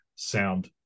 sound